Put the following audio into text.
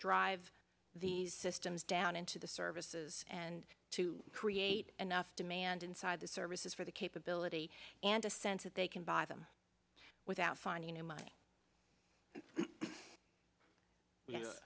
drive these systems down into the services and to create enough demand inside the services for the capability and a sense that they can buy them without finding in my yeah